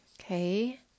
Okay